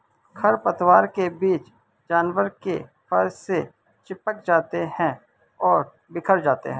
खरपतवार के बीज जानवर के फर से चिपक जाते हैं और बिखर जाते हैं